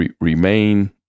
remain